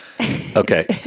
Okay